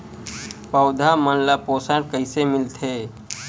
पौधा मन ला पोषण कइसे मिलथे?